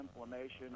inflammation